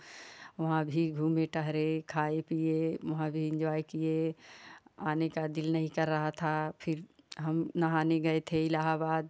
वहाँ भी घूमे टहरे खाए पीए वहाँ भी इंजॉय किए आने का दिल नहीं कर रहा था फिर हम नहाने गए थे इलाहाबाद